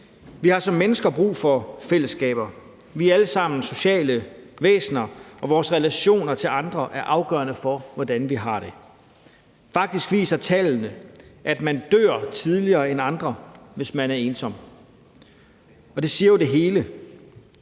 Vi har som mennesker brug for fællesskaber. Vi er alle sammen sociale væsener, og vores relationer til andre er afgørende for, hvordan vi har det. Faktisk viser tallene, at man dør tidligere end andre, hvis man er ensom, og det siger jo det hele